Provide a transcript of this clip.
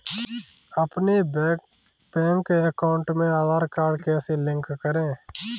अपने bank account में Aadhaar card कैसे लिंक करें?